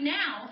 now